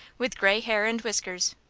with gray hair and whiskers.